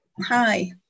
Hi